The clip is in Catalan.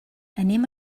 anem